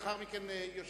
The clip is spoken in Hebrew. כרצונך.